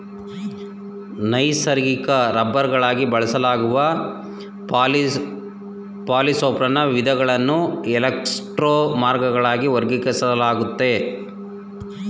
ನೈಸರ್ಗಿಕ ರಬ್ಬರ್ಗಳಾಗಿ ಬಳಸಲಾಗುವ ಪಾಲಿಸೊಪ್ರೆನ್ನ ವಿಧಗಳನ್ನು ಎಲಾಸ್ಟೊಮರ್ಗಳಾಗಿ ವರ್ಗೀಕರಿಸಲಾಗಯ್ತೆ